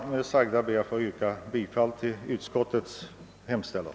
Med det sagda ber jag få yrka bifall till utskottets hemställan.